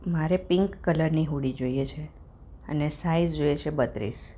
મારે પિન્ક કલરની હુડી જોઈએ છે અને સાઇઝ જોઈએ છે બત્રીસ